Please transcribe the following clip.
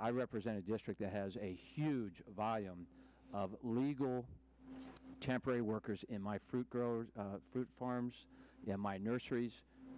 i represent a district that has a huge volume of legal temporary workers in my fruit growers fruit farms my nurseries